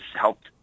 helped